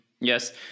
Yes